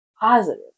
positive